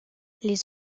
les